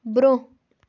برٛۄنٛہہ